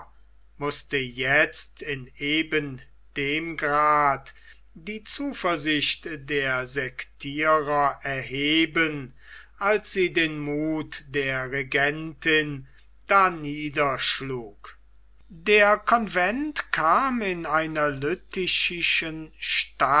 mußte jetzt in eben dem grade die zuversicht der sektierer erheben als sie den muth der regentin darniederschlug der convent kam in einer